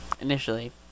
initially